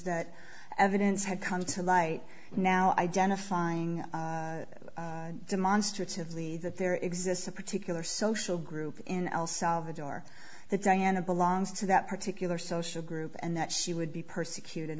that evidence had come to light now identifying demonstrative the that there exists a particular social group in el salvador that diana belongs to that particular social group and that she would be persecuted